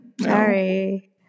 Sorry